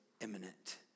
imminent